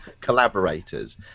collaborators